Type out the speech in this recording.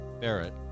Barrett